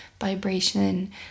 vibration